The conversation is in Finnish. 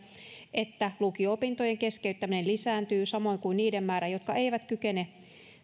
että lukio opintojen keskeyttäminen lisääntyy samoin kuin niiden määrä jotka eivät kykene